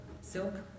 Silk